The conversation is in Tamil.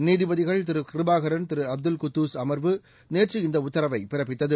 நீதிபதிகள் திரு கிருபாகரன் திரு அப்துல் குத்தூஸ் அம்வு நேற்று இந்த உத்தரவை பிறப்பித்தது